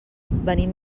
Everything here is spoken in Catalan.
venim